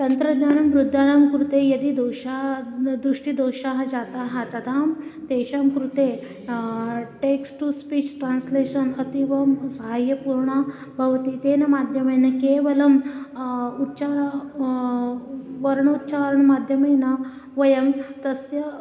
तन्त्रज्ञानं वृद्धानां कृते यदि दोषा द् दृष्टि दोषाः जाताः तदा तेषां कृते टेक्स् टु स्पीच् ट्रान्स्लेशन् अतीवं सहाय्यपूर्णं भवति तेन माध्यमेन केवलम् उच्चारं वर्णोच्चारणमाध्यमेन वयं तस्य